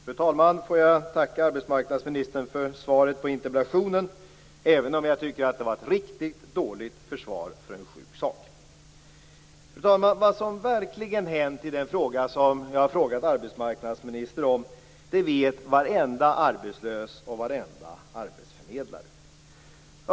Fru talman! Jag får tacka arbetsmarknadsministern för svaret på interpellationen, även om jag tycker att det var ett riktigt dåligt försvar för en sjuk sak. Vad som verkligen hänt i den fråga som jag frågat arbetsmarknadsministern om vet varenda arbetslös och varenda arbetsförmedlare.